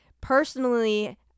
personally